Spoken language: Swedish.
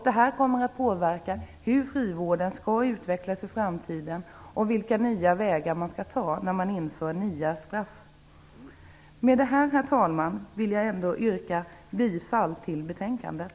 Det här kommer att påverka hur frivården skall utvecklas i framtiden och vilka nya vägar man skall ta när man inför nya straff. Med det här, herr talman, vill jag yrka bifall till utskottets hemställan i betänkandet.